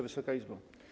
Wysoka Izbo!